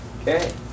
Okay